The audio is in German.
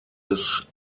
des